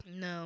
No